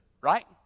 right